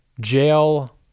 jail